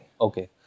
Okay